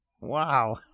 Wow